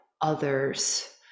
others